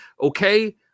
Okay